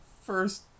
first